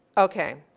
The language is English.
okay.